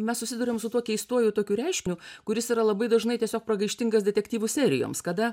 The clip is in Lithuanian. mes susiduriam su tuo keistuoju tokiu reiškiniu kuris yra labai dažnai tiesiog pragaištingas detektyvų serijoms kada